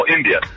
India